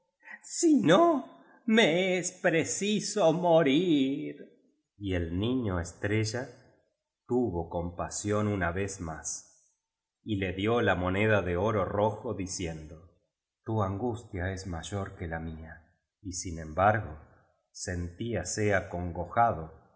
si no me es preciso morir y el niño estrella tuvo compasión una vez más y le dio la moneda de oro rojo diciendo tu angustia es mayor que la mía y sin embargo sen